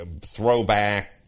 throwback